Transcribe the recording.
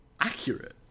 accurate